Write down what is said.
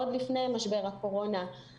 עוד לפני משבר הקורונה,